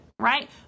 right